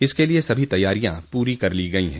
इसके लिए सभी तैयारियां पूरी कर ली गयी हैं